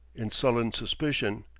in sullen suspicion,